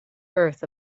earth